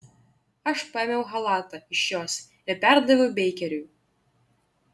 aš paėmiau chalatą iš jos ir perdaviau beikeriui